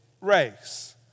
race